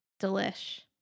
Delish